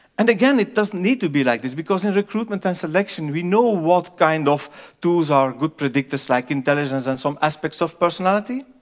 and again, it doesn't need to be like this, because in recruitment and selection, we know what kind of tools are good predictors, like intelligence and some aspects of personality.